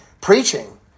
preaching